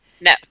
No